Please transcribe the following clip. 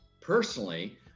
personally